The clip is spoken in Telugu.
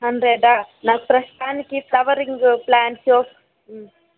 హండ్రెడ్ నాకు ప్రస్తుతానికి ఫ్లవరింగు ప్లాంట్సు